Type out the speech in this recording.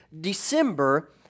December